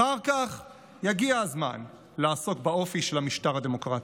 אחר כך יגיע הזמן לעסוק באופי של המשטר הדמוקרטי.